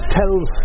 tells